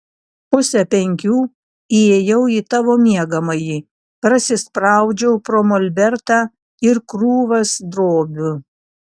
pusę penkių įėjau į tavo miegamąjį prasispraudžiau pro molbertą ir krūvas drobių